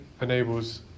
enables